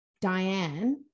Diane